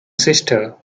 sister